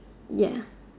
ya